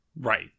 Right